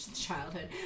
Childhood